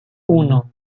uno